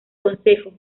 consejo